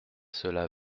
cela